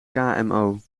kmo